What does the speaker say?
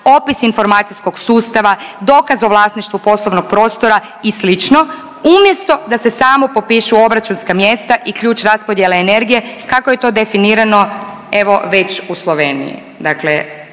opis informacijskog sustava, dokaz o vlasništvu poslovnog prostora i slično umjesto da se samo popišu obračunska mjesta i ključ raspodjele energije kako je to definirano evo već u Sloveniji,